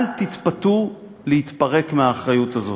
אל תתפתו להתפרק מהאחריות הזאת,